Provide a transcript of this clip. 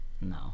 No